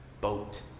boat